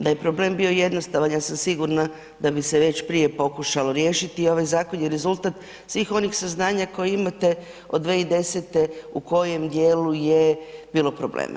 Da je problem bio jednostavan, ja sam sigurna da bi se već prije pokušalo riješiti i ovaj zakon je rezultat svih onih saznanja koje imate od 2010. u kojem djelu je bilo problema.